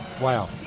Wow